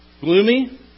Gloomy